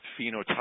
phenotype